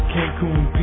Cancun